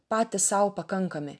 patys sau pakankami